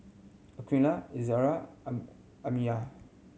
Aqeelah Izzara and Amsyar